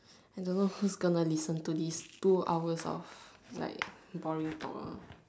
I don't know who's gonna listen to this two hours of like boring talk ah